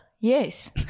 Yes